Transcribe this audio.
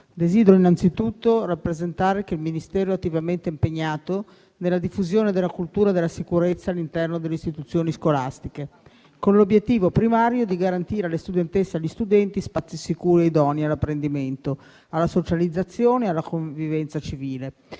Desidero innanzitutto rappresentare che il Ministero è attivamente impegnato nella diffusione della cultura della sicurezza all'interno delle istituzioni scolastiche con l'obiettivo primario di garantire alle studentesse e agli studenti spazi sicuri e idonei all'apprendimento, alla socializzazione e alla convivenza civile.